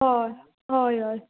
हय हय हय